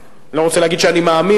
מאוד מקווה אני לא רוצה להגיד שאני מאמין,